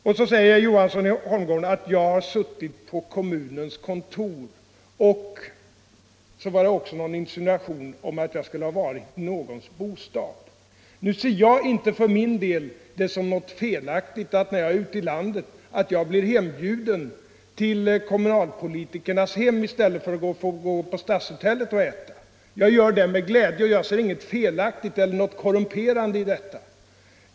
Och så säger herr Johansson i Holmgården att jag har suttit på kommunens kontor. Vidare insinuerade han att jag hade varit i någons bostad. Nu ser inte jag för min del det som något felaktigt att jag, när jag är ute i landet, blir bjuden till kommunalpolitikernas hem i stället för att gå på stadshotellet och äta. Jag gör det med glädje och ser inget korrumperande i det.